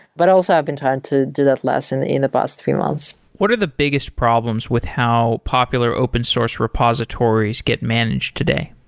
but also, i've been trying to do that less in the in the past three months what are the biggest problems with how popular open source repositories get managed today?